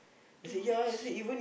too much